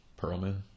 Perlman